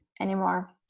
anymore